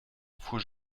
fuhr